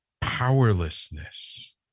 powerlessness